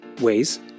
ways